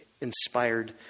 Inspired